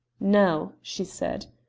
now, she said,